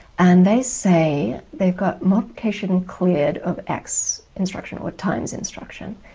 and they say. they've got multiplication cleared of x instruction or times instruction,